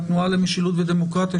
מהתנועה למשילות ודמוקרטיה,